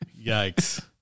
yikes